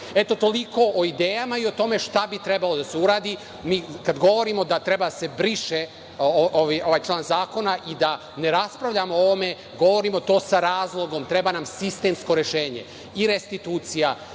promeniti. Toliko o idejama i o tome šta bi trebalo da se uradi. Kada govorimo da treba da se briše ovaj član zakona i da ne raspravljamo o ovome, govorimo to sa razlogom, treba nam sistemsko rešenje i restitucija,